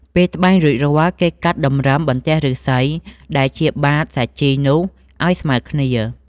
ពេលត្បាញរួចរាល់ គេកាត់តម្រឹមបន្ទះឫស្សីដែលជាបាតសាជីនោះឲ្យស្មើគ្នា។